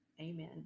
Amen